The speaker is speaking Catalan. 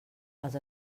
els